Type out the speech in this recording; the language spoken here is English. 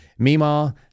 Mima